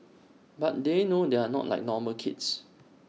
but they know they are not like normal kids